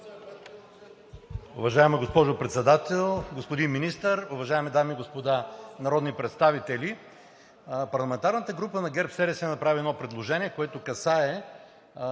Уважаема госпожо Председател, господин Министър, уважаеми дами и господа народни представители! Парламентарната група на ГЕРБ-СДС направи едно предложение, което касае